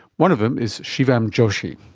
one of them is shivam joshi.